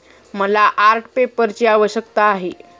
मला आर्ट पेपरची आवश्यकता आहे